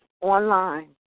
online